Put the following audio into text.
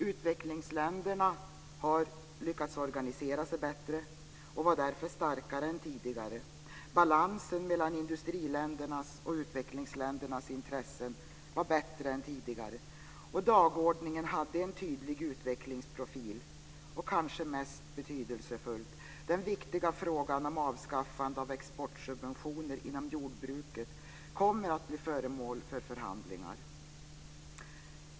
Utvecklingsländerna har lyckats organisera sig bättre och var därför starkare än tidigare. Balansen mellan industriländernas och utvecklingsländernas intressen var bättre än tidigare, och dagordningen hade en tydlig utvecklingsprofil. Kanske mest betydelsefullt var att den viktiga frågan om avskaffande av exportsubventioner inom jordbruket kommer att bli föremål för förhandlingar.